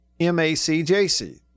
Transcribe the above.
MACJC